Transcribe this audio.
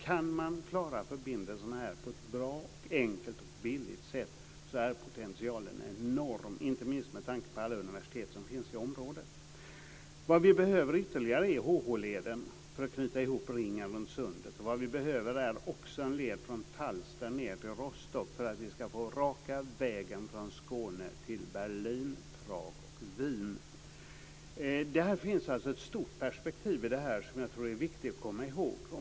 Kan man klara förbindelserna på ett bra, enkelt och billigt sätt är potentialen enorm, inte minst med tanke på alla universitet som finns i området. Det vi behöver ytterligare är HH-leden för att knyta ihop ringen runt Sundet. Det vi behöver är också en led från Falster ned till Rostock för att vi ska få raka vägen från Skåne till Berlin, Prag och Wien. Det finns alltså ett stort perspektiv i detta som jag tror är viktigt att komma ihåg.